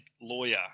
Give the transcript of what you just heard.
lawyer